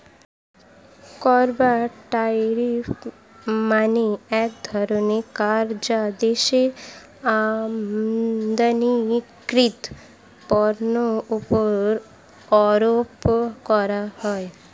কর বা ট্যারিফ মানে এক ধরনের কর যা দেশের আমদানিকৃত পণ্যের উপর আরোপ করা হয়